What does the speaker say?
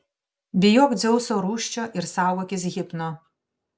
bijok dzeuso rūsčio ir saugokis hipno